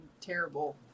terrible